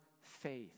faith